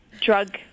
drug